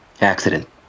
Accident